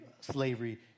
slavery